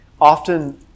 Often